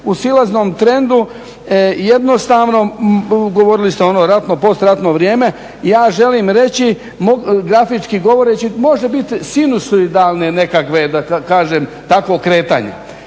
u silaznom trendu, jednostavno, govorili ste ono ratno, postratno vrijeme. Ja želim reći, grafički govoreći, može biti … nekakve da kažem tako kretanja.